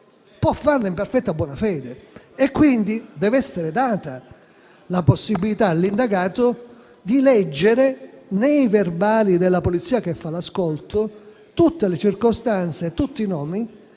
può farlo in perfetta buona fede. Quindi dev'essere data la possibilità all'indagato di leggere, nei verbali della polizia che fa l'ascolto, tutte le circostanze e tutti i nomi